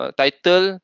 title